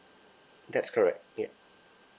that's correct yup